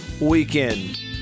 Weekend